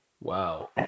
Wow